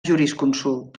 jurisconsult